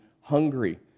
hungry